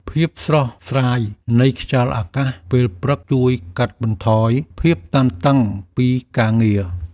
ភាពស្រស់ស្រាយនៃខ្យល់អាកាសពេលព្រឹក ជួយកាត់បន្ថយភាពតានតឹងពីការងារ។